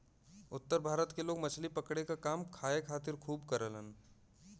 उत्तर भारत के लोग मछली पकड़े क काम खाए खातिर खूब करलन